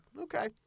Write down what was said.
Okay